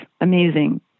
amazing